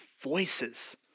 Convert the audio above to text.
voices